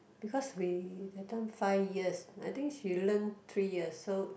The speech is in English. because we that time five years I think she learn three years so